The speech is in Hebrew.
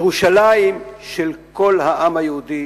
ירושלים של כל העם היהודי